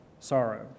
sorrow